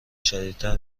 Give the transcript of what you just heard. شدیدتر